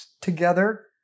together